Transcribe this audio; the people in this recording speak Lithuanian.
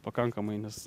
pakankamai nes